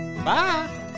Bye